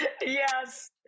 yes